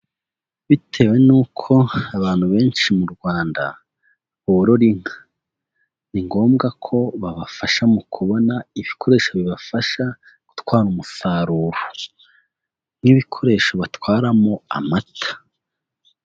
Bitewe n'uko abantu benshi mu Rwanda borora inka, ni ngombwa ko babafasha mu kubona ibikoresho bibafasha gutwara umusaruro nk'ibikoresho batwaramo amata.